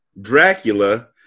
Dracula